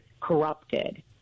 corrupted